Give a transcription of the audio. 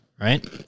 right